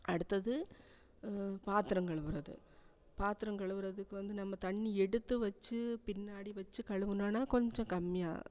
அடுத்தது பாத்திரம் கழுவுறது பாத்திரம் கழுவுறதுக்கு வந்து நம்ம தண்ணி எடுத்து வச்சு பின்னாடி வச்சு கழுவுனோன்னா கொஞ்சம் கம்மியாக